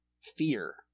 fear